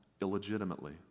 illegitimately